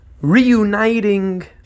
reuniting